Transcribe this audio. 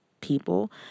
people